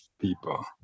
people